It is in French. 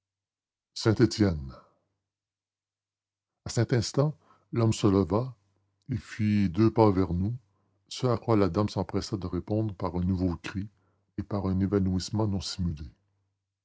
saint-étienne à cet instant l'homme se leva et fit deux pas vers nous ce à quoi la dame s'empressa de répondre par un nouveau cri et par un évanouissement non simulé